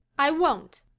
i won't,